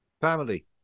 Family